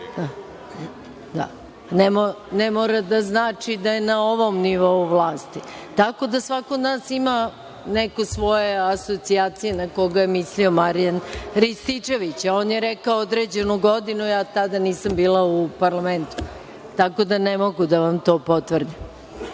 mora da znači da je na ovom nivou vlasti. Svako od nas ima neke svoje asocijacije na koga je mislio Marijan Rističević, a on je rekao određenu godinu, a tada nisam bila u Parlamentu, tako da ne mogu da vam to potvrdim. Reč